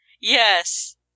Yes